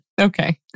Okay